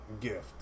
gift